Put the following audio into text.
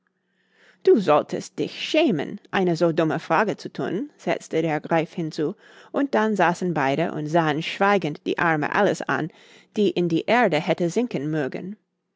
du solltest dich schämen eine so dumme frage zu thun setzte der greif hinzu und dann saßen beide und sahen schweigend die arme alice an die in die erde hätte sinken mögen